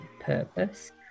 purpose